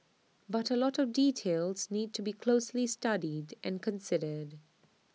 but A lot of details need to be closely studied and considered